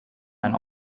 ein